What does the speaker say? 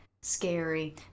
scary